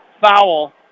foul